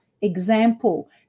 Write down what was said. Example